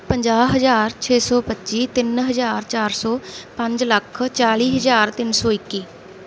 ਪੰਜਾਹ ਹਜ਼ਾਰ ਛੇ ਸੌ ਪੱਚੀ ਤਿੰਨ ਹਜ਼ਾਰ ਚਾਰ ਸੌ ਪੰਜ ਲੱਖ ਚਾਲੀ ਹਜ਼ਾਰ ਤਿੰਨ ਸੌ ਇੱਕੀ